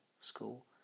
school